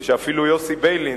שאפילו יוסי ביילין,